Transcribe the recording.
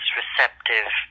receptive